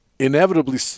inevitably